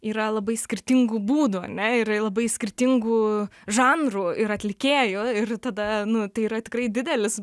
yra labai skirtingų būdų ane ir labai skirtingų žanrų ir atlikėjų ir tada nu tai yra tikrai didelis